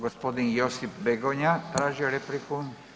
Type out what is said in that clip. Gospodin Josip Begonja tražio je repliku.